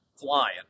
flying